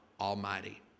Almighty